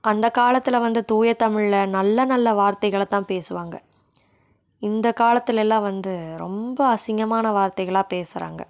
அந்தக்காலத்தில் வந்த தூயத்தமிழ்ல நல்ல நல்ல வார்த்தைகளை தான் பேசுவாங்கள் இந்த காலத்தில் எல்லாம் வந்து ரொம்ப அசிங்கமான வார்த்தைகளாக பேசுறாங்க